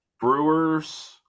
Brewers